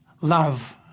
love